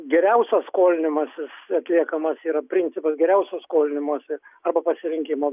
geriausias skolinimasis atliekamas yra principas geriausio skolinimosi arba pasirinkimo